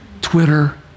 Twitter